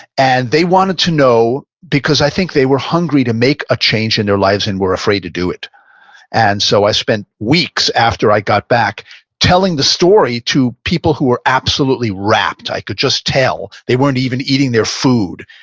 and they wanted to know because i think they were hungry to make a change in their lives and were afraid to do it and so i spent weeks after i got back telling the story to people who were absolutely wrapped. i could just tell they weren't even eating their food.